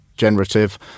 generative